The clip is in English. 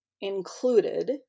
included